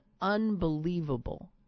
unbelievable